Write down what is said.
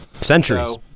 centuries